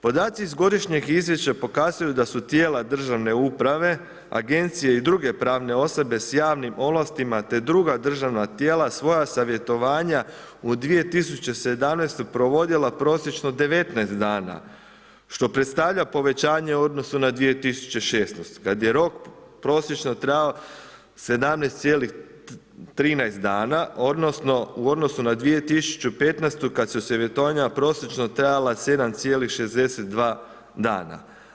Podaci iz godišnjeg izvješća pokazuju da su tijela državne uprave, agencije i druge pravne osobe s javnim ovlastima te druga državna tijela svoja savjetovanja u 2017. provodila prosječno 19 dana što predstavlja povećanje u odnosu na 2016. kada je rok prosječno trajao 17,13 dana, odnosno, u odnosu na 2015. kada su … prosječno trajala 7,62 dana.